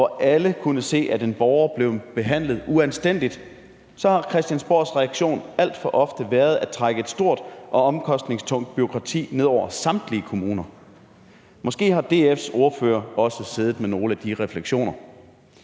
hvor alle kunne se, at en borger blev behandlet uanstændigt, så har Christiansborgs reaktion alt for ofte været at trække et stort og omkostningstungt bureaukrati ned over samtlige kommuner. Måske har DF's ordfører også siddet med nogle af de refleksioner.